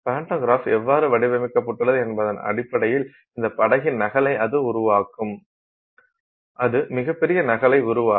pantograph எவ்வாறு வடிவமைக்கப்பட்டுள்ளது என்பதன் அடிப்படையில் இந்த படகின் நகலை அது உருவாக்கும் அது மிகப் பெரிய நகலை உருவாக்கும்